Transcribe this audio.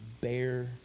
bear